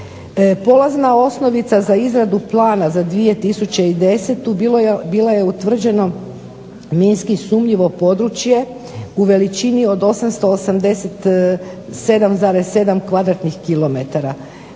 Polazna osnovica za izradu plana za 2010. Bilo je utvrđeno minski sumnjivo područje u veličini od 887,7 km2.